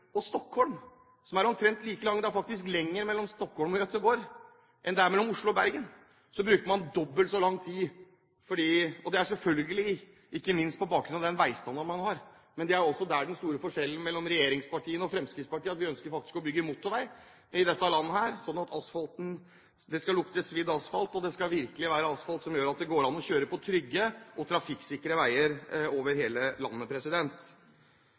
og Stockholm, som er omtrent like langt – det er faktisk lenger mellom Stockholm og Göteborg enn det er mellom Oslo og Bergen – så bruker man dobbelt så lang tid på strekningen Oslo–Bergen, og selvfølgelig ikke minst på grunn av den veistandarden man har. Det er også der den store forskjellen mellom regjeringspartiene og Fremskrittspartiet er. Vi ønsker faktisk å bygge motorvei i dette landet sånn at det skal lukte svidd asfalt, og det skal virkelig være asfalt som gjør at det går an å kjøre på trygge og trafikksikre veier i hele landet.